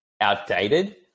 outdated